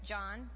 John